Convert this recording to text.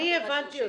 אני הבנתי אותו.